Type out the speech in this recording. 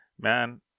Man